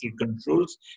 controls